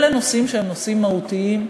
אלה נושאים שהם נושאים מהותיים,